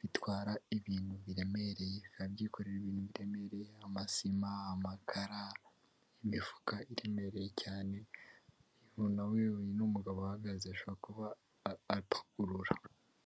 bitwara ibintu biremereye biba byikorera ibintu biremereye amasima, amakara, imifuka iremereye cyane noneho n'uyu mugabo uhagaze ashobora kuba apakurura.